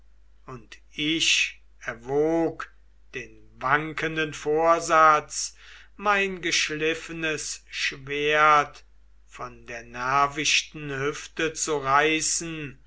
und ich erwog den wankenden vorsatz mein geschliffenes schwert von der nervichten hüfte zu reißen